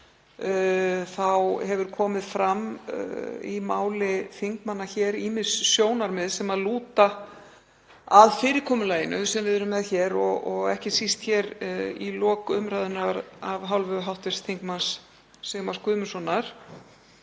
þá hafa komið fram í máli þingmanna ýmis sjónarmið sem lúta að fyrirkomulaginu sem við erum með hér og ekki síst í lok umræðunnar af hálfu hv. þm. Sigmars Guðmundssonar.